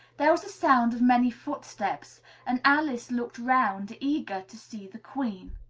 there was a sound of many footsteps and alice looked round, eager to see the queen.